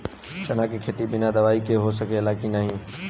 चना के खेती बिना दवाई के हो सकेला की नाही?